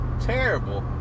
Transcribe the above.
Terrible